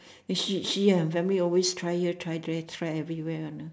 she she and her family always try here try there try everywhere one ah